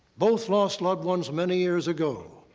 both lost loved ones many years ago.